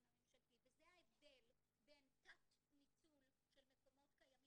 הממשלתי וזה ההבדל בין תת ניצול של מקומות קיימים,